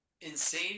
Insane